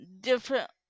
different